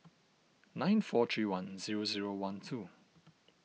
nine four three one zero zero one two